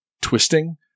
twisting